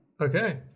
Okay